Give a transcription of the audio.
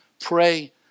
Pray